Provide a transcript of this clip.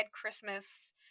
Christmas